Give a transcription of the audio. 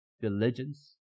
Diligence